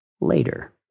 later